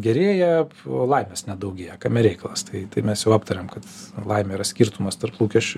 gerėja o laimės nedaugėja kame reikalas tai tai mes jau aptarėm kad laimė yra skirtumas tarp lūkesčių